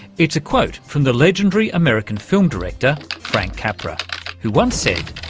it's a quote from the legendary american film director frank capra who once said,